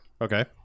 Okay